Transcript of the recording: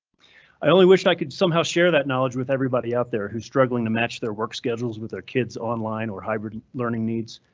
i only wish i could somehow share that knowledge with everybody out there who's struggling to match their work schedules with their kids online or hybrid and learning needs.